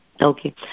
Okay